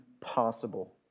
possible